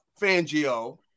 Fangio